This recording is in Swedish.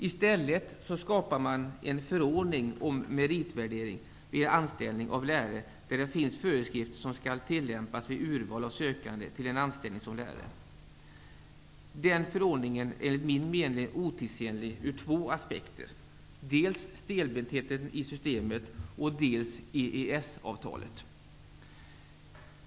I stället skapade man en förordning om meritvärdering vid anställning av lärare, där det finns föreskrifter som skall tillämpas vid urval av sökande till en anställning som lärare. Den förordningen är, enligt min mening, otidsenlig ur två aspekter, dels när det gäller stelbentheten i systemet, dels när det gäller EES-avtalet.